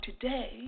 today